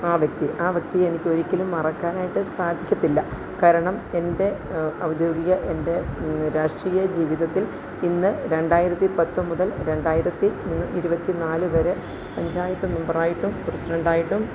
ആ വ്യക്തി ആ വ്യക്തിയെ എനിക്ക് ഒരിക്കലും മറക്കാനായിട്ട് സാധിക്കത്തില്ല കാരണം എൻ്റെ ഔദ്യോഗിക എൻ്റെ രാഷ്ട്രീയ ജീവിതത്തിൽ ഇന്ന് രണ്ടായിരത്തി പത്ത് മുതൽ രണ്ടായിരത്തി ഇന്ന് ഇരുപത്തി നാല് വരെ പഞ്ചായത്ത് മെമ്പറായിട്ടും പ്രസിഡൻ്റായിട്ടും